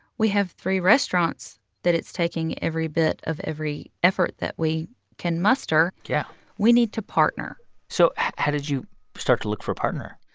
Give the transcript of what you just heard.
we have three restaurants that it's taking every bit of every effort that we can muster yeah we need to partner so how did you start to look for a partner?